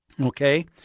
okay